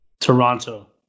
Toronto